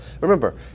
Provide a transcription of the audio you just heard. Remember